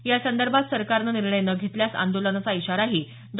यासंदर्भात सरकारनं निर्णय न घेतल्यास आंदोलनाचा इशारा डॉ